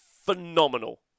Phenomenal